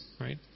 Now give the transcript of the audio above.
right